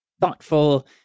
thoughtful